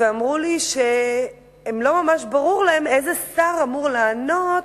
ואמרו לי שלא ממש ברור להם איזה שר אמור לענות